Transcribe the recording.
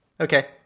Okay